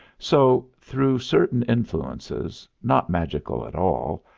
so, through certain influences, not magical at all,